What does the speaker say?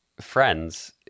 friends